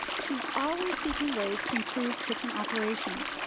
she's always seeking ways to improve kitchen operations.